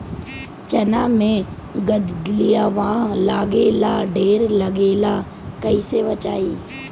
चना मै गधयीलवा लागे ला ढेर लागेला कईसे बचाई?